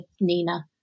Nina